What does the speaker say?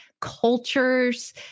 cultures